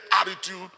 attitude